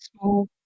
small